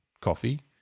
coffee